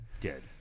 Dead